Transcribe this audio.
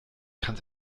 kann